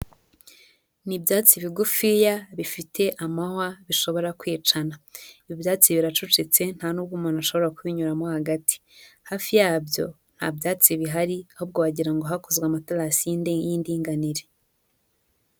Ni ibyatsi bigufiya, bifite amahwa, bishobora kwicana, ibyo byatsi biracucitse, nta n'ubwo umuntu ashobora kubinyuramo hagati, hafi yabyo nta byatsi bihari ahubwo wagira ngo hakozwe amaterasi y'indinganire.